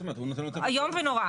איום נורא.